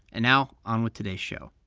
and now on with today's show